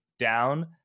down